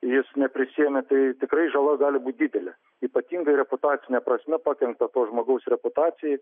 jis neprisiėmė tai tikrai žala gali būt didelė ypatingai reputacine prasme pakenkta žmogaus reputacijai